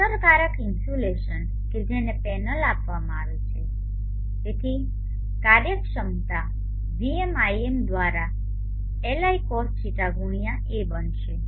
અસરકારક ઇન્સ્યુલેશન કે જેને પેનલ આપવામાં આવે છે તેથી કાર્યક્ષમતા VmIm દ્વારા Li cos θ ગુણ્યા એ બનશે